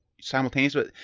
simultaneously